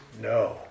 no